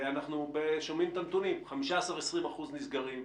אנחנו שומעים כאן את הנתונים: 15% 20% מהגנים נסגרו,